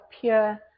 pure